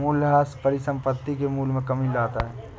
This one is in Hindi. मूलयह्रास परिसंपत्ति के मूल्य में कमी लाता है